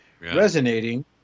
resonating